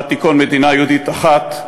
שבה תיכון מדינה יהודית אחת,